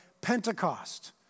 Pentecost